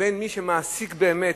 בין מי שמעסיק באמת,